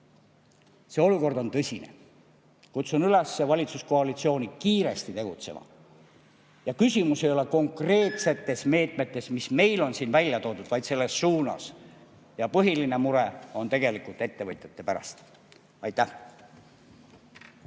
Olukord on tõsine. Kutsun üles valitsuskoalitsiooni kiiresti tegutsema. Küsimus ei ole konkreetsetes meetmetes, mis meil on siin välja toodud, vaid suunas. Ja põhiline mure on tegelikult ettevõtjate pärast. Aitäh!